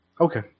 Okay